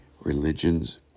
religions